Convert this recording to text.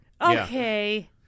Okay